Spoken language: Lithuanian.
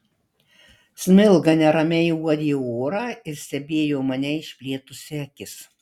smilga neramiai uodė orą ir stebėjo mane išplėtusi akis